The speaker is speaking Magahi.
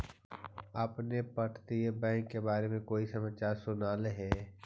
आपने अपतटीय बैंक के बारे में कोई समाचार सुनला हे